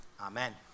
Amen